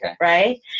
right